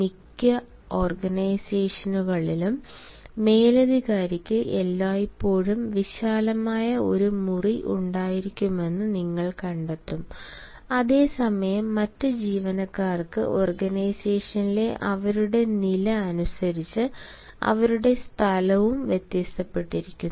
മിക്ക ഓർഗനൈസേഷനുകളിലും മേലധികാരിക്ക് എല്ലായ്പ്പോഴും വിശാലമായ ഒരു മുറി ഉണ്ടായിരിക്കുമെന്ന് നിങ്ങൾ കണ്ടെത്തും അതേസമയം മറ്റ് ജീവനക്കാർക്ക് ഓർഗനൈസേഷനിലെ അവരുടെ നില അനുസരിച്ച് അവരുടെ സ്ഥലവും വ്യത്യാസപ്പെടുന്നു